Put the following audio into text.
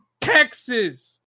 texas